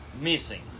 missing